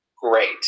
great